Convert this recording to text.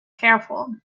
careful